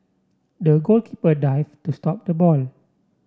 the goalkeeper dive to stop the ball